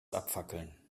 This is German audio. abfackeln